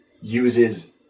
uses